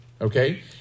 okay